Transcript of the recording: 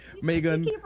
Megan